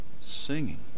Singing